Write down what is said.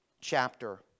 chapter